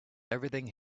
everything